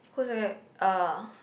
who's that uh